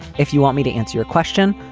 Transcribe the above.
if you want me to answer your question,